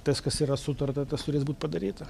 tas kas yra sutarta tas turės būt padaryta